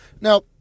now